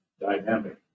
dynamic